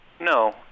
No